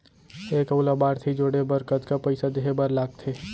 एक अऊ लाभार्थी जोड़े बर कतका पइसा देहे बर लागथे?